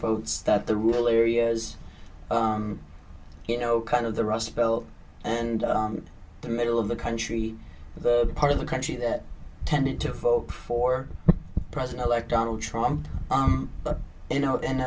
votes that the rural areas you know kind of the rust belt and the middle of the country the part of the country that tended to focus for president elect donald trump but you know